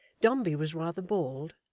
dombey was rather bald,